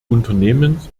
unternehmens